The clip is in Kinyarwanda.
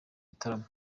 gitaramo